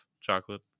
chocolate